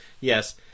Yes